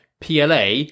PLA